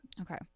Okay